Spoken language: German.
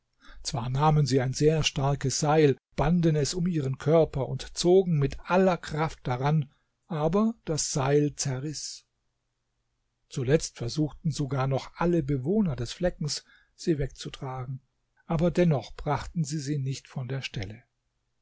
zwar nahmen sie ein sehr starkes seil und banden es um ihren körper und zogen mit aller kraft daran aber das seil zerriß zuletzt versuchten sogar noch alle bewohner des fleckens sie wegzutragen aber dennoch brachten sie sie nicht von der stelle